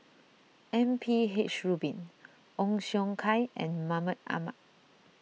M P H Rubin Ong Siong Kai and Mahmud Ahmad